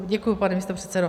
Děkuji, pane místopředsedo.